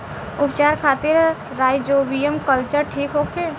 उपचार खातिर rhizobium culture ठीक होखे?